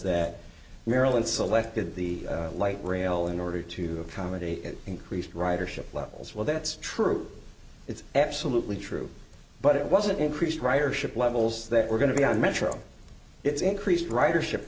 that marilyn selected the light rail in order to accommodate increased ridership levels well that's true it's absolutely true but it wasn't increased ridership levels that were going to be on metro it's increased ridership